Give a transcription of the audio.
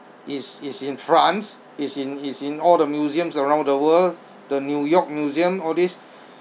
it's it's in france it's in it's in all the museums around the world the new york museum all these